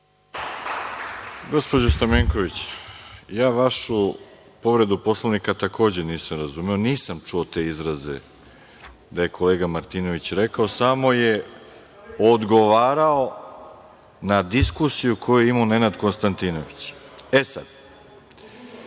Gospođo Stamenković, ja vašu povredu Poslovnika takođe nisam razumeo. Nisam čuo te izraze da je kolega Martinović rekao. Samo je odgovarao na diskusiju koju je imao Nenad Konstantinović. Ovde